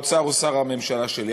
ושר האוצר הוא שר האוצר שלי.